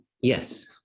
yes